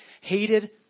hated